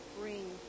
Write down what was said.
bring